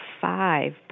five